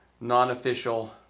non-official